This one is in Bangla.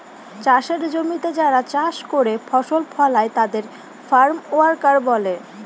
চাষের জমিতে যারা কাজ করে ফসল ফলায় তাদের ফার্ম ওয়ার্কার বলে